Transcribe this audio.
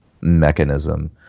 mechanism